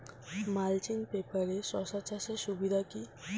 Mulching পেপারে শসা চাষের সুবিধা কি?